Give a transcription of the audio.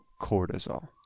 cortisol